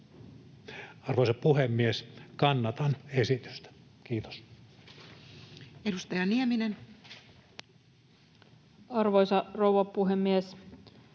Arvoisa puhemies! Kannatan esitystä. — Kiitos. Edustaja Nieminen. Arvoisa rouva puhemies!